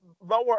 lower